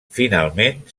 finalment